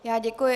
Já děkuji.